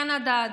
קנדה,